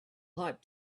hot